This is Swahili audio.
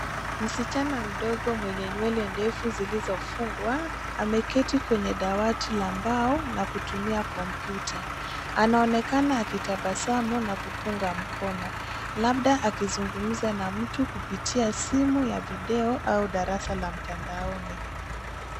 Msichana mdogo mwenye nywele ndefu zilizofungwa ameketi kwenye dawati la mbao na kutumia kompyuta. Anaonekana akitabasamu na kupunga mkono labda akizungumza na mtu kupitia simu ya video au darasa la mtandaoni.